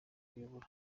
kubayobora